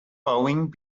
boeing